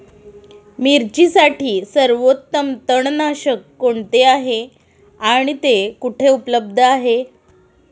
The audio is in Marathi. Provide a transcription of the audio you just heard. मिरचीसाठी सर्वोत्तम तणनाशक कोणते आहे आणि ते कुठे उपलब्ध आहे?